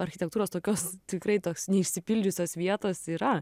architektūros tokios tikrai toks neišsipildžiusios vietos yra